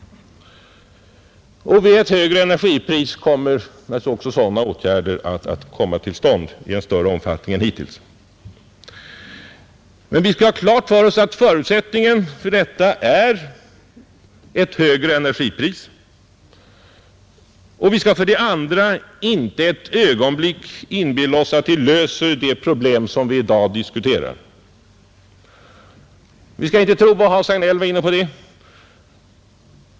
Vid ett högre energipris kommer naturligtvis också sådana åtgärder att komma till stånd i en större omfattning än hittills. Men vi skall ha klart för oss att förutsättningen för detta är ett högre energipris, och vi skall vidare inte för ett ögonblick inbilla oss att det löser det problem som vi i dag diskuterar. Hans Hagnell var inne på detta.